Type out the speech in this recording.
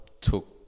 took